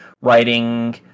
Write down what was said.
writing